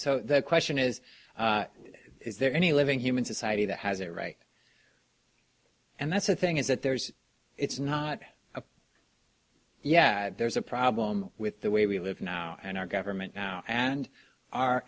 so the question is is there any living human society that has it right and that's the thing is that there's it's not a yeah there's a problem with the way we live now and our government now and our